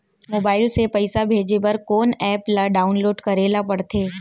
Mobile से पइसा भेजे बर कोन एप ल डाऊनलोड करे ला पड़थे?